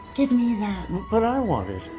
give me that. but i want it.